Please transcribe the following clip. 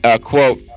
Quote